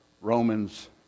Romans